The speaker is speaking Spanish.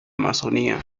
amazonia